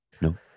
No